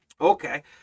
okay